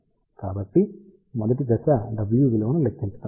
కాబట్టి మొదటి దశ W విలువను ను లెక్కించడం